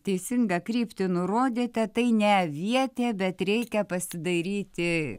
teisingą kryptį nurodėte tai ne avietė bet reikia pasidairyti